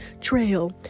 Trail